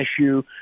issue